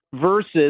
versus